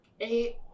Eight